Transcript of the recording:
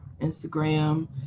Instagram